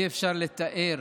אי-אפשר לתאר